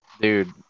Dude